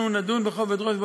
אנחנו נדון בכובד ראש בוועדות,